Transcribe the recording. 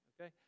Okay